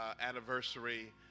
anniversary